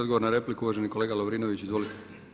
Odgovor na repliku uvaženi kolega Lovrinović, izvolite.